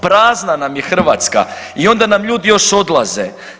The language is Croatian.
Prazna nam je Hrvatska i onda nam ljudi još odlaze.